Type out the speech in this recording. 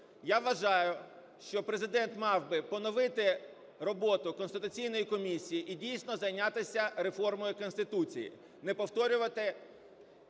Я вважаю, що Президент мав би поновити роботу конституційної комісії і дійсно зайнятися реформою Конституції, не повторювати